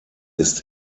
ist